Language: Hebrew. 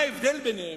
מה ההבדל ביניהם?